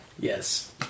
Yes